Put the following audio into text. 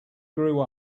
grew